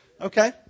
Okay